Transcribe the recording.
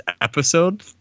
episode